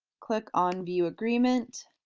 click on view agreement